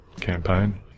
campaign